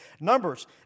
Numbers